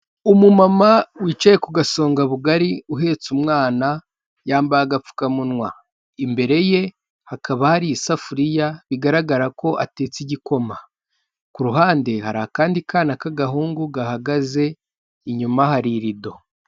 Umumama wicaye ku gasonga bugari uhetse umwana, yambaye agapfukamunwa, imbere ye hakaba hari isafuriya bigaragara ko atetse igikoma, ku ruhande hari akandi kana k'agahungu gahagaze inyuma hari irido.